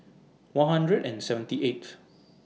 one hundred and seventy eighth